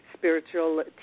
spiritual